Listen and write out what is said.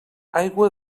aigua